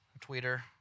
Twitter